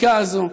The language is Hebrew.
החקיקה הזאת,